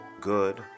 good